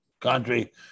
country